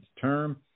term